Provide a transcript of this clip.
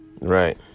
Right